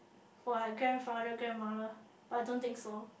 for like grandfather grandmother but I don't think so